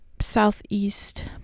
southeast